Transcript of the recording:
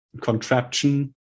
contraption